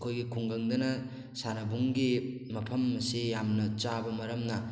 ꯑꯩꯈꯣꯏꯒꯤ ꯈꯨꯡꯒꯪꯗꯅ ꯁꯥꯟꯅꯕꯨꯡꯒꯤ ꯃꯐꯝ ꯑꯁꯤ ꯌꯥꯝꯅ ꯆꯥꯕ ꯃꯔꯝꯅ